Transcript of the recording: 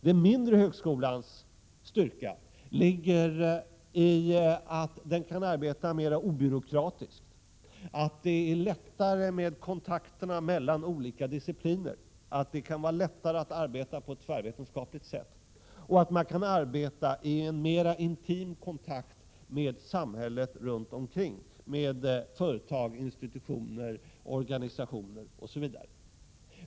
Den mindre högskolans styrka ligger i att man där kan arbeta mer obyråkratiskt, att det går lättare att upprätthålla kontakterna mellan olika discipliner, att det kan vara lättare att arbeta på ett tvärvetenskapligt sätt och att man kan arbeta i en mer intim kontakt med samhället runt omkring —- med företag, institutioner, organisationer osv.